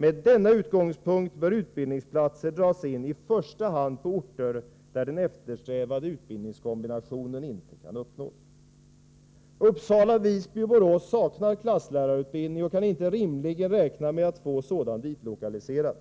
Med denna utgångspunkt bör utbildningsplatser drasin i första hand på orter där den eftersträvade utbildningskombinationen inte kan uppnås. Uppsala, Visby och Borås saknar klasslärarutbildning och kan rimligen inte räkna med att få sådan ditlokaliserad.